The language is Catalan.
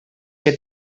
que